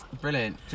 Brilliant